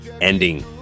ending